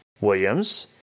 Williams